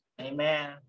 amen